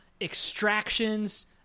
extractions